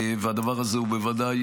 ושהדבר הזה הוא בוודאי